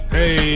Hey